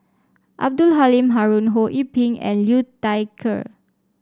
Abdul Halim Haron Ho Yee Ping and Liu Thai Ker